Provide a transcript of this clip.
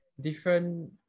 different